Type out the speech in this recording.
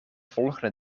volgende